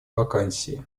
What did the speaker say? вакансии